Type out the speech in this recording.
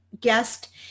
guest